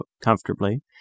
comfortably